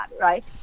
Right